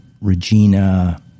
Regina